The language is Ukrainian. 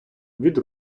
від